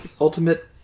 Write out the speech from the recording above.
ultimate